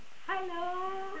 Hello